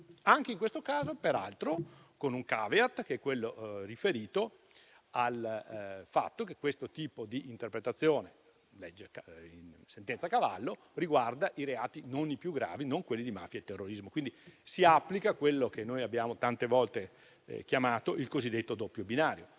anche in questo caso con un *caveat* riferito al fatto che questo tipo di interpretazione (sentenza Cavallo) non riguarda i reati più gravi, non quelli di mafia e terrorismo e, quindi, si applica quello che noi abbiamo tante volte chiamato il cosiddetto doppio binario.